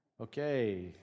Okay